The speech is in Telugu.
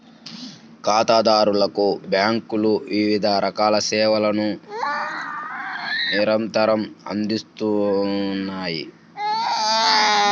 ఖాతాదారులకు బ్యేంకులు వివిధ రకాల సేవలను నిరంతరం అందిత్తన్నాయి